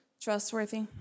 trustworthy